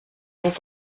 donc